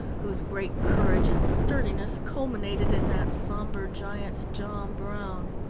whose great courage and sturdiness culminated in that somber giant, john brown.